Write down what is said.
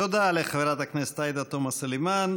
תודה לחברת הכנסת עאידה תומא סלימאן.